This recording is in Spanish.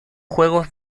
juegos